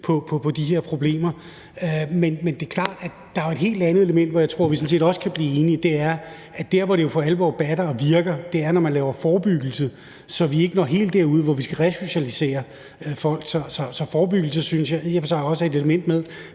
på de her problemer. Men det er klart, at der jo er et helt andet element, hvor jeg tror, at vi sådan set også kan blive enige. Det er, at der, hvor det for alvor batter og virker, er, når man laver forebyggelse, så vi ikke når helt derud, hvor vi skal resocialisere folk. Så forebyggelse synes jeg i og for sig også er et element.